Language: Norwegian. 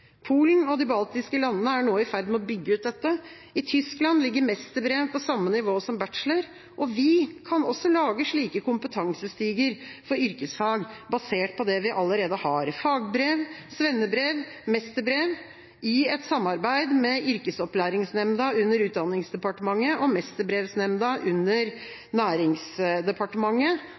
Polen og de baltiske landene er nå i ferd med å bygge ut dette. I Tyskland ligger mesterbrev på samme nivå som bachelor, og vi kan også lage slike kompetansestiger for yrkesfag basert på det vi allerede har: Fagbrev, svennebrev og mesterbrev i et samarbeid med yrkesopplæringsnemnda under Utdanningsdepartementet og